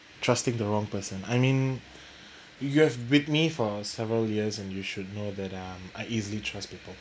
trusting the wrong person I mean you have with me for several years and you should know that um I easily trust people